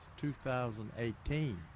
2018